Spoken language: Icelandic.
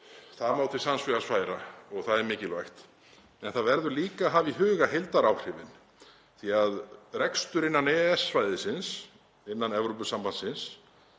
Það má til sanns vegar færa og það er mikilvægt. En það verður líka að hafa í huga heildaráhrifin því að rekstur innan EES-svæðisins, innan Evrópusambandsins,